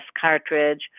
cartridge